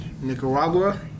Nicaragua